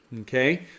Okay